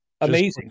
amazing